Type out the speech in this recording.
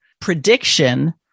prediction